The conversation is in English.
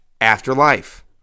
afterlife